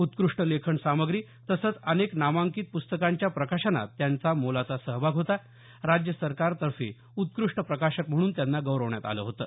उत्कृष्ठ लेखन सामग्री तसंच अनेक नामांकित पुस्तकांच्या प्रकाशनात त्यांचा मोलाचा सहभाग होता राज्य सरकारतर्फे उत्कृष्ट प्रकाशक म्हणून त्यांना गौरवण्यात आलं होतं